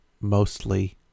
mostly